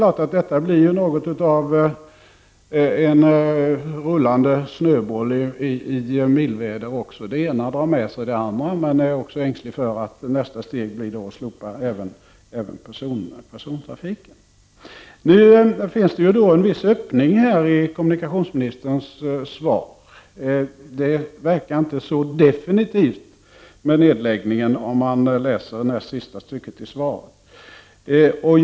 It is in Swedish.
Detta får sedan ungefär samma effekt som en rullande snöboll i mildväder. Det ena drar med sig det andra. Man är ängslig för att nästa steg blir ett slopande även av persontrafiken. Det finns en viss öppning i kommunikationsministerns svar. Att döma av det näst sista stycket i svaret verkar det inte så definitivt med nedläggningen.